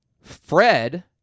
Fred